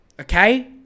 okay